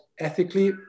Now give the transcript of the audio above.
ethically